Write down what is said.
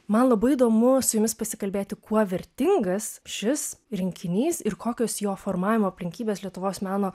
man labai įdomu su jumis pasikalbėti kuo vertingas šis rinkinys ir kokios jo formavimo aplinkybės lietuvos meno